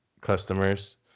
customers